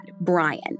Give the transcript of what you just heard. Brian